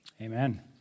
Amen